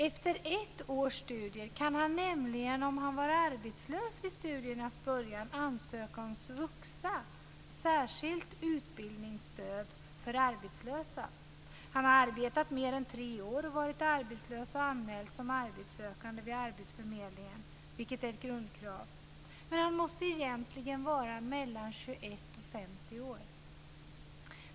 Efter ett års studier kan han nämligen, om han var arbetslös vid studiernas början, ansöka om svuxa, särskilt vuxenstudiestöd för arbetslösa. Han har arbetat mer än tre år och varit arbetslös och anmäld som arbetssökande vid arbetsförmedlingen, vilket är ett grundkrav, men han måste egentligen vara mellan 21 och 50 år.